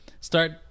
Start